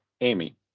Amy